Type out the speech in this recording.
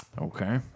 Okay